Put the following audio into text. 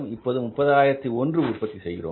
இப்போது 30001 உற்பத்தி செய்கிறோம்